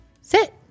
Sit